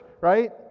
right